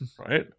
Right